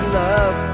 love